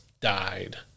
died